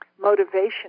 motivation